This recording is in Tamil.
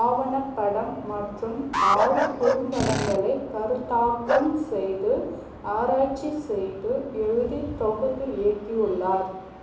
ஆவணப்படம் மற்றும் ஆறு குறும்படங்களை கருத்தாக்கம் செய்து ஆராய்ச்சி செய்து எழுதி தொகுத்து இயக்கி உள்ளார்